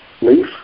leaf